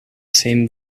same